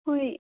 ꯍꯣꯏ